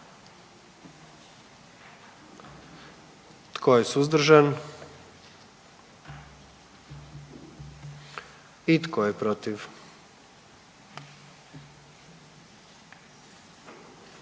Tko je suzdržan? I tko je protiv?